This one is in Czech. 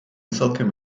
celkem